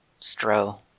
stro